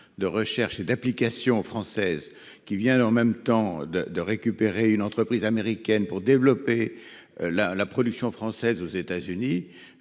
de recherche et d'implication française qui vient en même temps de de récupérer une entreprise américaine pour développer la production française aux États-Unis